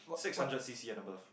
six hundred C_C and above